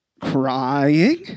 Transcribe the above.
crying